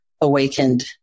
awakened